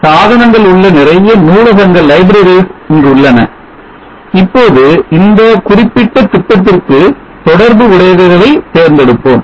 சாதனங்கள் உள்ள நிறைய நூலகங்கள் இங்குள்ளன இப்போது இந்த குறிப்பிட்ட திட்டத்திற்கு தொடர்பு உடையவைகளை தேர்ந்தெடுப்போம்